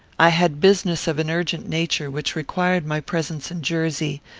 i had business of an urgent nature which required my presence in jersey,